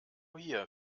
hier